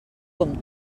com